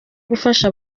gufasha